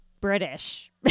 British